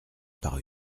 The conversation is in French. par